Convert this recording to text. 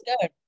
good